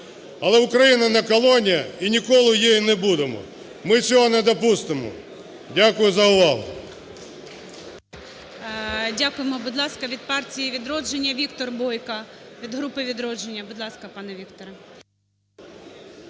Але Україна – не колонія і ніколи нею не будемо, ми цього не допустимо. Дякую за увагу. ГОЛОВУЮЧИЙ. Дякуємо. Будь ласка, від "Партії "Відродження" Віктор Бойко, від групи "Відродження". Будь ласка, пане Вікторе.